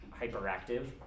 hyperactive